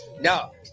No